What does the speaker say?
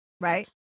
right